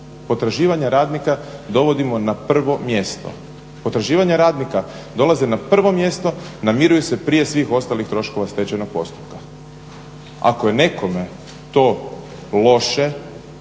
potraživanja radnika dovodimo na prvo mjesto. Potraživanja radnika dolaze na prvo mjesto, namiruju se prije svih ostalih troškova stečajnog postupka. Ako je nekome to loše,